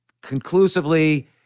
conclusively